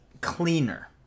cleaner